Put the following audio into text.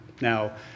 Now